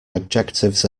adjectives